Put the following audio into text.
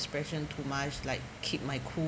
expression too much like keep my cool